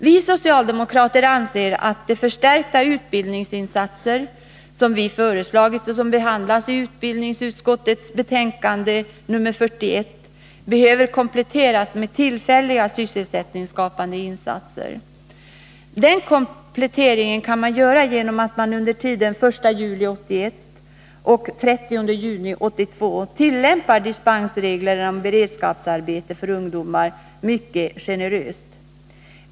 Vi socialdemokrater anser att de förstärkta utbildningsinsatser som vi föreslagit och som behandlas i utbildningsutskottets betänkande 41 behöver kompletteras med tillfälliga sysselsättningsskapande insatser. Den kompletteringen kan man göra genom att man under tiden 1 juli 1981-den 30 juni 1982 tillämpar dispensreglerna om beredskapsarbeten för ungdomar mellan 16 och 17 år mycket generöst.